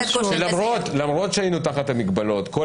מיוחדות המונעות או עלולות לדעתם למנוע את המהלך התקין של